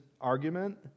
argument